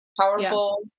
powerful